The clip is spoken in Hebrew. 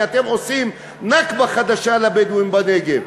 כי אתם עושים נכבה חדשה לבדואים בנגב.